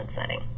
setting